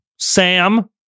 Sam